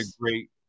great